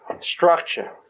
structure